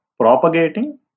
propagating